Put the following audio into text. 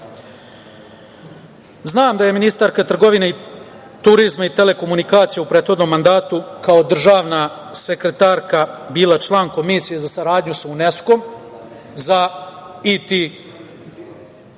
da je ministarka trgovine, turizma i telekomunikacija u prethodnom mandatu, kao državna sekretarka, bila član Komisije za saradnju sa UNESKO za IT